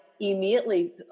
immediately